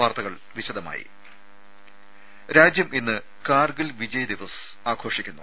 വാർത്തകൾ വിശദമായി രാജ്യം ഇന്ന് കാർഗിൽ വിജയ് ദിവസ് ആഘോഷിക്കുന്നു